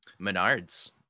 menards